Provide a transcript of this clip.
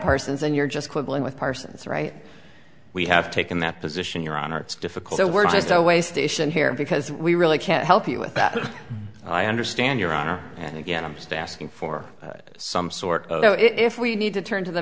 parsons and you're just quibbling with parsons right we have taken that position your honor it's difficult so we're just a way station here because we really can't help you with that i understand your honor and again i'm just asking for some sort of know if we need to turn to the